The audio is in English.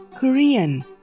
Korean